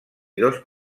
dos